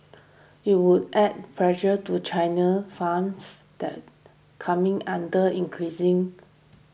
it would add pressure to China funds that coming under increasing